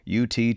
UT